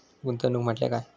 गुंतवणूक म्हटल्या काय?